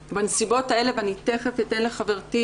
תיכף אני אתן לחברתי,